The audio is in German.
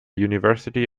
university